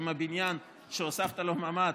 כי אם הבניין שהוספת לו ממ"ד,